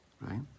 right